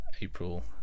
April